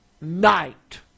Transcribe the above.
night